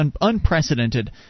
unprecedented